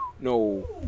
no